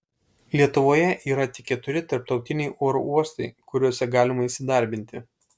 lietuvoje yra tik keturi tarptautiniai oro uostai kuriuose galima įsidarbinti